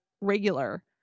regular